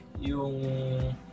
yung